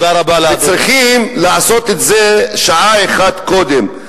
וצריכים לעשות את זה שעה אחת קודם.